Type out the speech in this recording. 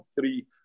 three